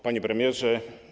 Panie Premierze!